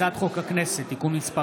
הצעת חוק הכנסת (תיקון מס'